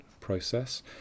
process